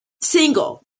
single